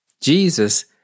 Jesus